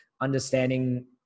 understanding